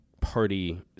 party